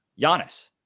Giannis